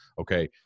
okay